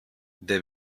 der